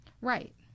Right